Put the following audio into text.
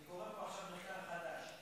אני קורא פה עכשיו מחקר חדש,